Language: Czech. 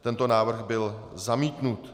Tento návrh byl zamítnut.